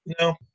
no